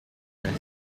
press